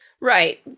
Right